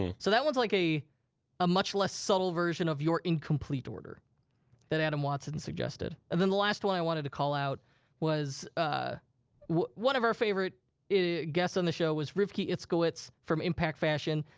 so that one's like a ah much less subtle version of your incomplete order that adam watson suggested. and then the last one i wanted to call out was, ah one of our favorite guests on the show was rivky itzkowitz from impact fashion.